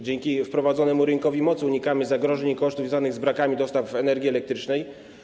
Dzięki wprowadzonemu rynkowi mocy unikamy zagrożeń i kosztów związanych z brakami dostaw energii elektrycznej.